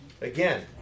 Again